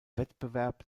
wettbewerb